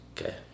okay